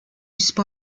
spy